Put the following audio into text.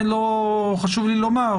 חשוב לי לומר,